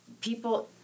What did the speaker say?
people